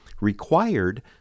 required